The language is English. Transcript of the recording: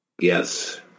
Yes